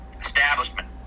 establishment